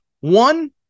One